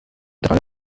dran